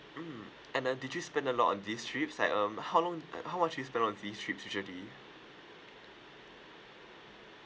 mm and uh did you spend a lot on this trip it's like um how long uh how much you spend on this trip usually